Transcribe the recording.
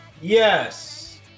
Yes